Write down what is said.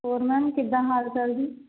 ਹੋਰ ਮੈਮ ਕਿੱਦਾਂ ਹਾਲ ਚਾਲ ਜੀ